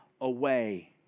away